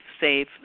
safe